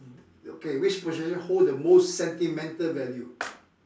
okay which possession hold the most sentimental value